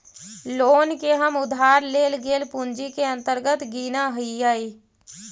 loan के हम उधार लेल गेल पूंजी के अंतर्गत गिनऽ हियई